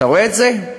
אתה רואה את זה,